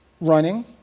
running